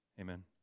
Amen